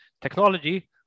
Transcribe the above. technology